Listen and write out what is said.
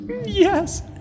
Yes